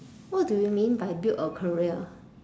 what do you mean by build a career